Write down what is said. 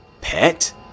Pet